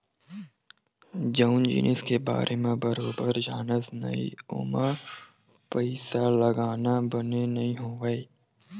जउन जिनिस के बारे म बरोबर जानस नइ ओमा पइसा लगाना बने नइ होवय